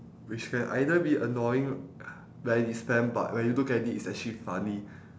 which can either be annoying wh~ when he spam but when you look at it it's actually funny